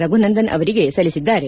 ರಘುನಂದನ್ ಅವರಿಗೆ ಸಲ್ಲಿಸಿದ್ದಾರೆ